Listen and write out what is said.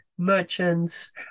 merchants